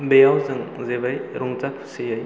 बेयाव जों जयै रंजा खुसियै